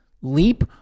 leap